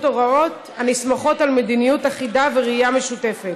הוראות הנסמכות על מדיניות אחידה וראייה משותפת.